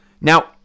now